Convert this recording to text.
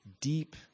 deep